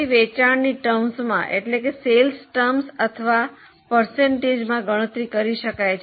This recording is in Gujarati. તે વેચાણની ટર્મ્સમાં અથવા ટકામાં ગણતરી કરી શકાય છે